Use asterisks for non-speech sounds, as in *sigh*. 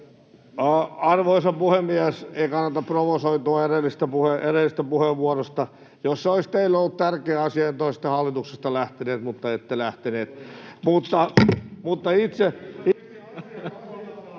Arvoisa puhemies! Ei kannata provosoitua edellisestä puheenvuorosta. Jos se olisi teille ollut tärkeä asia, te olisitte hallituksesta lähteneet, mutta ette lähteneet. *noise*